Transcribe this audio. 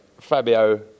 Fabio